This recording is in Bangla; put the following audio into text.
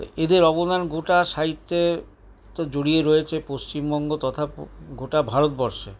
এদের অবদান গোটা সাহিত্যে তো জড়িয়ে রয়েছে পশ্চিমবঙ্গ তথা গোটা ভারতবর্ষে